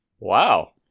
Wow